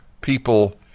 people